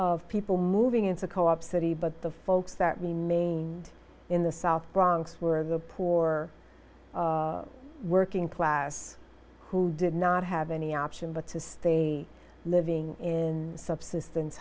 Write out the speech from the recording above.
of people moving into co op city but the folks that remained in the south bronx were the poor working class who did not have any option but to stay living in subsistence